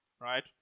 right